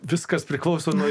viskas priklauso nuo